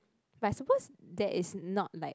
but I suppose that is not like